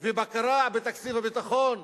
ובקרה בתקציב הביטחון,